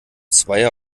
zweier